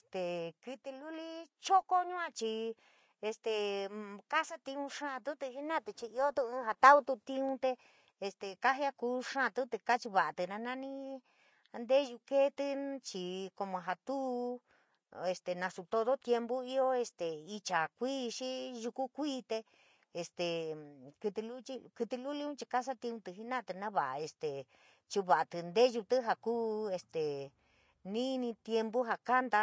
Stee kítí luli choko yua chii, kaasatiun xáátutí jena'atí chii ioo tu inn jaa tauutu tiun te este kajiakuu xaatí te kachiva'atí te na nanii a nteyuu keetí chii como jaa tuu este nasa todo tiempu io este icha kui te xii yuku kui te este nkítí luli ciii kasatiuntí jena'atí nava este nchuva'atí nteyutí jaa kuu este nii ni tiempu jaa kanta